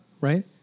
right